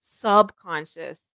subconscious